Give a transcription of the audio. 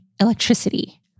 electricity